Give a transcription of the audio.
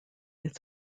its